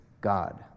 God